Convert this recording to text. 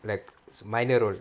like minor role